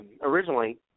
originally